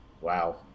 Wow